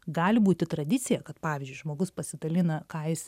gali būti tradicija kad pavyzdžiui žmogus pasidalina ką jis